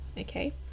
okay